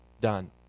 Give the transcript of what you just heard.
done